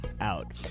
out